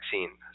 vaccine